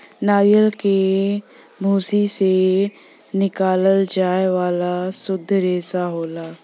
नरियल के भूसी से निकालल जाये वाला सुद्ध रेसा होला